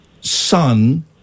son